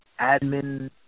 admin